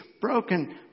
broken